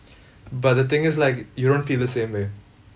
but the thing is like you don't feel the same way